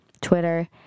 Twitter